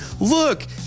Look